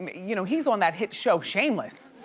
you know, he's on that hit show, shameless,